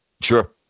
Sure